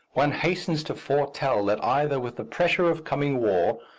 one hastens to foretell that either with the pressure of coming war,